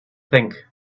think